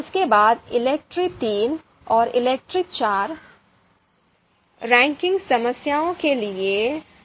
उसके बाद ELECTRE III और ELECTRE IV रैंकिंग समस्याओं के लिए भी हैं